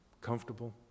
comfortable